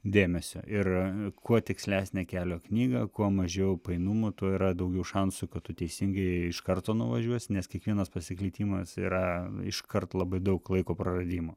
dėmesio ir kuo tikslesnė kelio knyga kuo mažiau painumų tuo yra daugiau šansų kad tu teisingai iš karto nuvažiuosi nes kiekvienas pasiklydimas yra iškart labai daug laiko praradimo